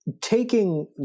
Taking